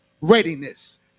readiness